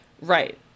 Right